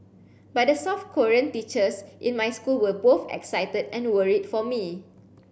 but the South Korean teachers in my school were both excited and worried for me